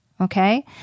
Okay